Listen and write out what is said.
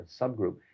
subgroup